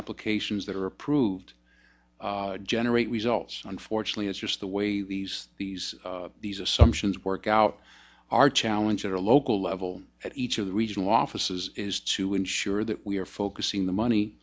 applications that are approved generate results unfortunately it's just the way these these these assumptions work out our challenge at a local level at each of the regional offices is to ensure that we are focusing the money